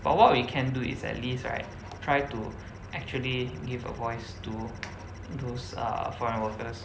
but what we can do is at least right try to actually give a voice to those uh foreign workers